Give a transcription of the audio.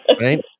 right